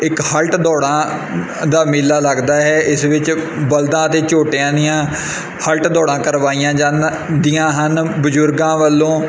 ਇੱਕ ਹਲਟ ਦੌੜਾਂ ਅ ਦਾ ਮੇਲਾ ਲੱਗਦਾ ਹੈ ਇਸ ਵਿੱਚ ਬਲਦਾਂ ਅਤੇ ਝੋਟਿਆਂ ਦੀਆਂ ਹਲਟ ਦੌੜਾਂ ਕਰਵਾਈਆਂ ਜਾਂਦੀਆਂ ਹਨ ਬਜ਼ੁਰਗਾਂ ਵੱਲੋਂ